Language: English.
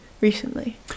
recently